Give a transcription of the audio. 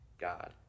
God